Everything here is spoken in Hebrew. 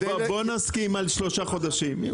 כדי --- בוא נסכים על שלושה חודשים.